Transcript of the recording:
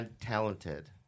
talented